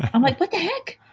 i'm like, what the heck?